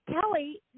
Kelly